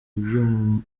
ibyuma